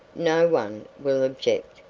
no one will object,